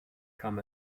kam